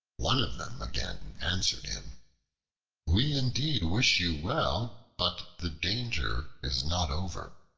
one of them again answered him we indeed wish you well, but the danger is not over.